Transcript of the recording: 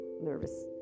nervous